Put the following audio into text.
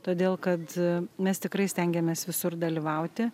todėl kad mes tikrai stengiamės visur dalyvauti